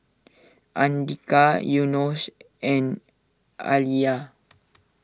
Andika Yunos and Alya